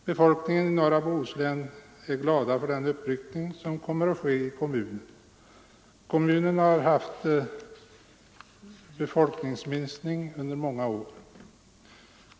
Befolkningen i norra Bohuslän är glad över den uppryckning som kommer att ske i en kommun som har haft befolkningsminskning under många år tillbaka.